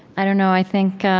i don't know i think